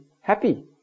happy